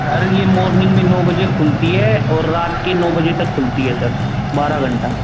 sir ये morning में नौ बजे खुलती है और रात के नौ बजे तक खुलती है सर बारह घंटा